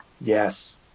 Yes